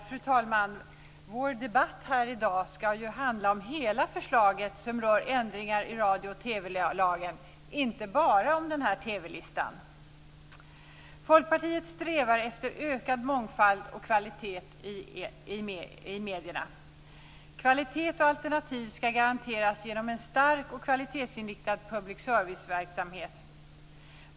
Fru talman! Debatten i dag skall ju handla om hela förslaget om ändringar i radio och TV-lagen, inte bara om TV-listan. Folkpartiet strävar efter ökad mångfald och högre kvalitet i medierna. Kvalitet och alternativ skall garanteras genom en stark och kvalitetsinriktad public service-verksamhet.